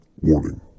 Warning